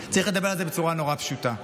צריך לדבר על זה בצורה נורא פשוטה.